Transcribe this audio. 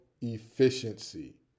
efficiency